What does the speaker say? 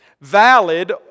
Valid